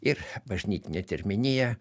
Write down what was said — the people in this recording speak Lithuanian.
ir bažnytinė terminija